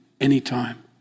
anytime